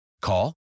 Call